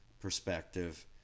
perspective